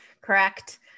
correct